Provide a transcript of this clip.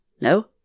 No